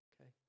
okay